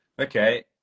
okay